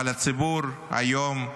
אבל הציבור היום,